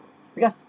because